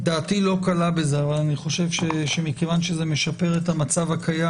אבל אני חושב שכיוון שזה משפר את המצב הקיים